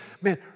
man